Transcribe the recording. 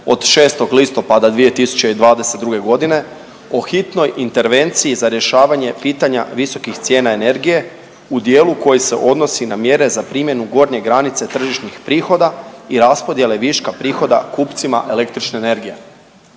od 6. listopada 2022. godine o hitnoj intervenciji za rješavanje pitanja visokih cijena energije u dijelu koji se odnosi na mjere za primjenu gornje granice tržišnih prihoda i raspodjele viška prihoda kupcima električne energije.